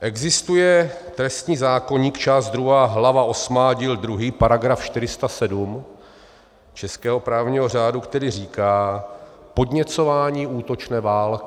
Existuje trestní zákoník, část druhá, hlava osmá, díl druhý, § 407 českého právního řádu, který říká: Podněcování útočné války.